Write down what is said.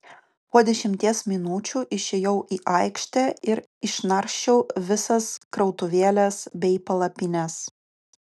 po dešimties minučių išėjau į aikštę ir išnaršiau visas krautuvėles bei palapines